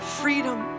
freedom